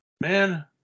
man